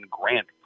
Grant